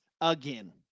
again